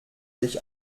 sich